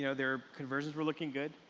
you know they're conversions we're looking good,